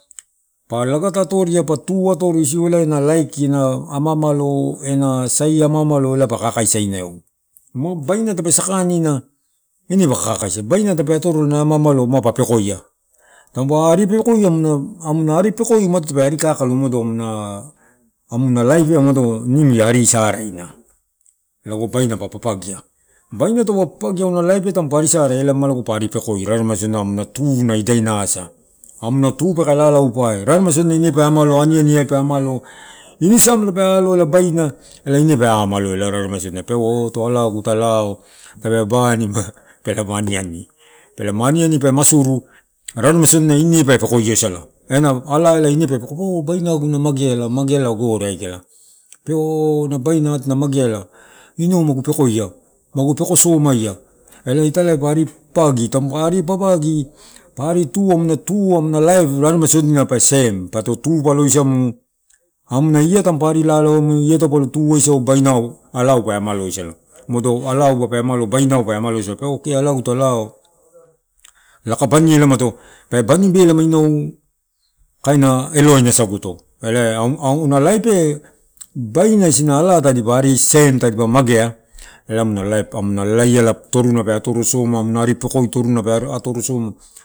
Pa lagata atoria isu ela ne na laikina, a ama malo, a sai ama amalo pa kakaisaenau baina ape sakanina ine paka kakaisa ena ama amalo mapa pekoia, taupe aripekoia muna aripekoi tape kakaloo, a amuna laip ia a-nimu ia arisaraina lago baina pa papagia, baina taupe papagia amuna laip ai tamupa ari sarai ela maapa aripekoi, amuna tuna idainasa, amuna tu peke lalaupai, raremai sodina ine pa amalo, aniani ai pe amalo, ini siamela tape aloela, bainua ela ine pe amalo ela, o peua oto alagu ta lao, tape banima pelama aniani. Pelama aniani pe masuru, raremai sodina ina pepe koiosala, ena ala ine pe, pekoiosala, ala ela oh, bainugu na mageala. Mageala gore aika, peua oh baina atiki na mageala, inau magu pekoia, magu peko somaia, elai italai pa ari papagi, tampu ua ari papagi, ari tu, amuna tu. Pa tu, amuna laip raremai sodina pe sem. Pato tu puloisamu, amuna la tamupa ari lalaoemu ia tamupolo tu, uasau, bainau, alau pe amalo oisala umado alau, bainau pe amalo oisala, ke alagu ta lao, aka banielamato. be bani belama, inau. Kaina eloaina saguto. Elae auna laipiai, baina isi na ala tadipa ari sem, ela amanua laip, lalaiala, toruna pe mage soma, amuna ari pekoe toruna pe mage turu soma.